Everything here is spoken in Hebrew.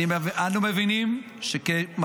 --- כמו